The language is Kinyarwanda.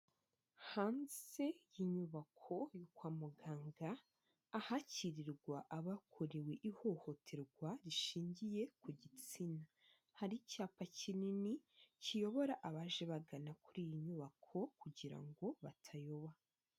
Hanze y'inyubako yo kwa muganga, ahakirirwa abakorewe ihohoterwa rishingiye ku gitsina hari icyapa kinini kiyobora abaje bagana kuri iyi nyubako kugira ngo batayoba.